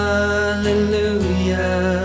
Hallelujah